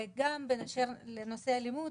וגם בהקשר לנושא אלימות,